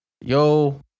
Yo